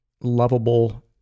lovable